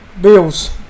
Bills